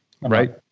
Right